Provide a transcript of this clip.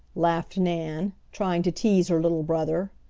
laughed nan, trying to tease her little brother.